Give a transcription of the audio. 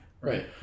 Right